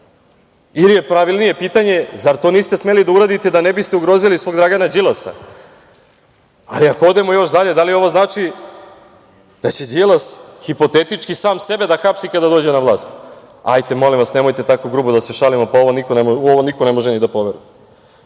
sada? Pravilnije je pitanje – zar to niste smeli da uradite da ne biste ugrozili svog Dragana Đilasa? Ako odemo još dalje, da li ovo znači da će Đilas hipotetički sam sebe da hapsi kada dođe na vlast? Hajde molim vas, nemojte tako grubo da se šalimo, u ovo niko ne može da